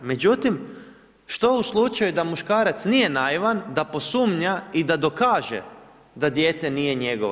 Međutim, što u slučaju da muškarac nije naivan, da posumnja i da dokaže da dijete nije njegovo.